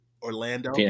Orlando